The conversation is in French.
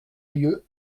lieu